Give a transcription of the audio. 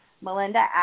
melinda